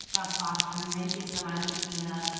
that's awesome. thanks so much, athina.